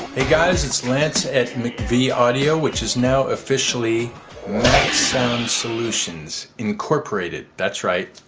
guys, it's lance at mcvie audio. which is now officially sound solutions incorporated that's right.